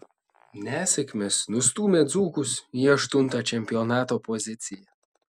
nesėkmės nustūmė dzūkus į aštuntą čempionato poziciją